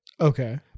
Okay